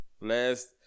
Last